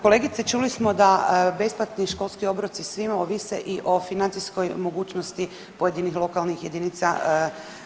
Kolegice čuli smo da besplatni školski obroci svima ovise i o financijskoj mogućnosti pojedinih lokalnih jedinica.